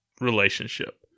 relationship